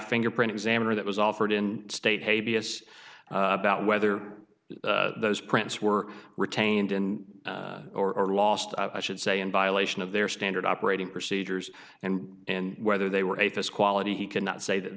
fingerprint examiner that was offered in state hey b s about whether those prints were retained in or last i should say in violation of their standard operating procedures and and whether they were at this quality he could not say that